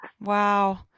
Wow